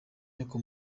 inyoko